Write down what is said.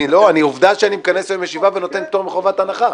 עובדה שאני מכנס היום ישיבה ונותן פטור מחובת הנחה.